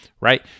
right